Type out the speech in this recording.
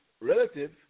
relative